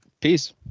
Peace